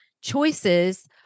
choices